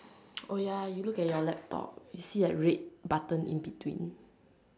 oh ya you look at your laptop you see a red button in between